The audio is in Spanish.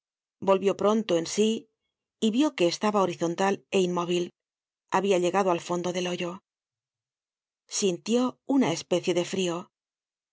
volvió pronto en sí y vió que estaba horizontal é inmóvil habia llegado al fondo del hoyo sintió una especie de frio